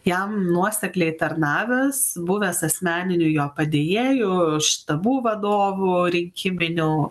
jam nuosekliai tarnavęs buvęs asmeniniu jo padėjėju štabų vadovu rinkiminiu